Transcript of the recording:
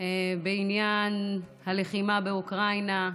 בעניין הלחימה באוקראינה.